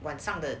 晚上的